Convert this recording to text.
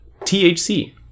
THC